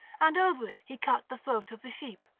and over it he cut the throat of the sheep,